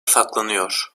saklanıyor